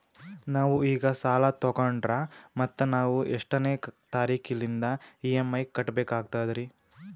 ನಾವು ಈಗ ಸಾಲ ತೊಗೊಂಡ್ರ ಮತ್ತ ನಾವು ಎಷ್ಟನೆ ತಾರೀಖಿಲಿಂದ ಇ.ಎಂ.ಐ ಕಟ್ಬಕಾಗ್ತದ್ರೀ?